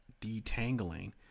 detangling